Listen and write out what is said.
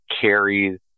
carries